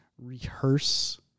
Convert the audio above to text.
rehearse